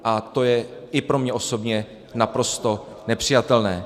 A to je i pro mě osobně naprosto nepřijatelné.